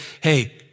hey